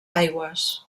aigües